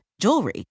jewelry